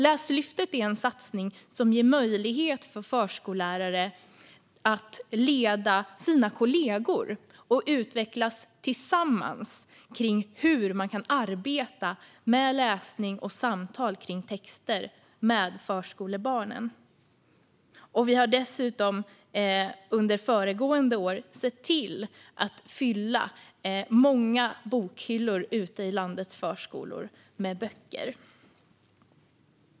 Läslyftet är en satsning som ger förskollärare möjlighet att leda sina kollegor och att utvecklas tillsammans när det gäller hur man kan arbeta med läsning och samtal kring texter med förskolebarnen. Vi har dessutom under föregående år sett till att fylla många bokhyllor ute i landets förskolor med böcker.